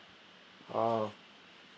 uh